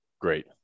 great